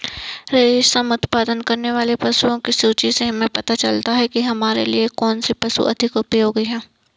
रेशम उत्पन्न करने वाले पशुओं की सूची से हमें पता चलता है कि हमारे लिए कौन से पशु अधिक उपयोगी हैं